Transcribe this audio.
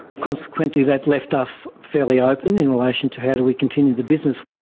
consequently that left us fairly open in relation to how do we continue the business.